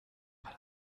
mal